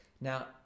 now